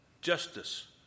Justice